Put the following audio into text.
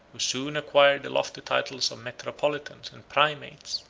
who soon acquired the lofty titles of metropolitans and primates,